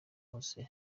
hose